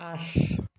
আঠ